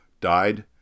Died